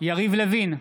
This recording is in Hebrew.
יריב לוין,